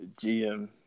GM